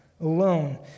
Alone